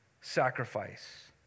sacrifice